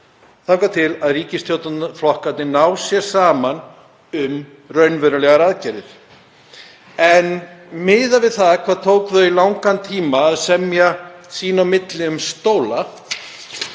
þangað til ríkisstjórnarflokkarnir ná saman um raunverulegar aðgerðir. En miðað við hvað tók þau í langan tíma að semja sín á milli um stóla